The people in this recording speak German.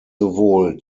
sowohl